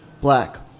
black